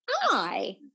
Hi